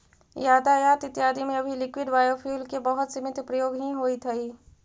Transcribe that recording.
यातायात इत्यादि में अभी लिक्विड बायोफ्यूल के बहुत सीमित प्रयोग ही होइत हई